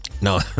No